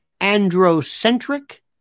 androcentric